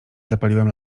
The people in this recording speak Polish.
zapaliłem